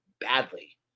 badly